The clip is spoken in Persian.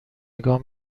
نگاه